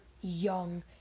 young